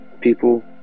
people